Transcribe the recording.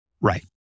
Right